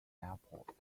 airport